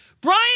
Brian